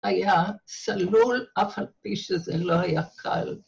‫היה סלול אף על פי שזה לא היה קל.